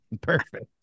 perfect